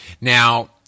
Now